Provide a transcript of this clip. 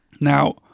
Now